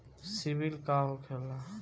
सीबील का होखेला?